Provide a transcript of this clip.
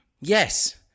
Yes